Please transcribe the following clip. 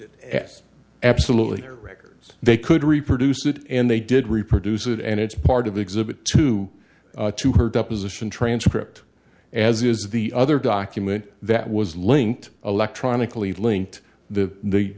as absolutely her records they could reproduce it and they did reproduce it and it's part of exhibit two to her deposition transcript as is the other document that was linked electronically linked to the